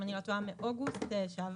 אם אני לא טועה מאוגוסט שעבר,